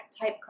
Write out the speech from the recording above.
type